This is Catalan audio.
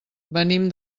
venim